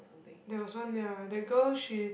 there was one ya that girl she